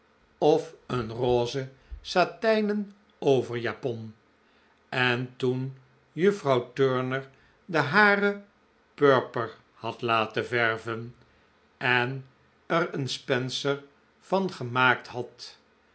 of een roze satijnen overjapon en toen juffrouw turner de hare purper had laten verven en er een spencer van gemaakt had